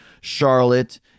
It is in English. Charlotte